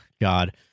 God